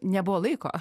nebuvo laiko